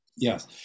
Yes